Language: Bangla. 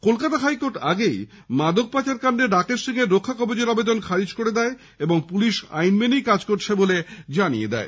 কলকাতা হাইকোর্ট আগেই মাদক পাচারকান্ডে রাকেশ সিং এর রক্ষাকবচের আবেদন খারিজ করে দেয় এবং পুলিশ আইন মেনেই কাজ করছে বলে জানিয়ে দেয়